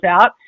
out